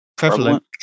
Prevalent